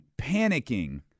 panicking